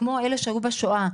כמו אלה שהיו בשואה.